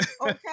Okay